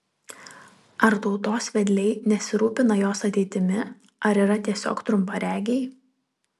ar tautos vedliai nesirūpina jos ateitimi ar yra tiesiog trumparegiai